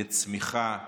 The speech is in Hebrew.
לצמיחה,